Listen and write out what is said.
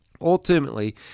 Ultimately